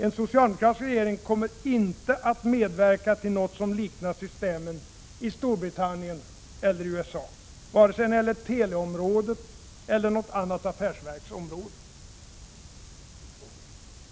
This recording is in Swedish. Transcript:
En socialdemokratisk regering kommer inte att medverka till något som liknar systemet i Storbritannien eller i USA, vare sig det gäller teleområdet eller något annat affärsverksområde.